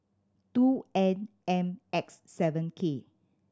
two N M X seven K